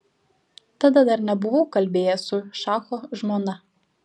tada dar nebuvau kalbėjęs su šacho žmona